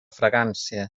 fragància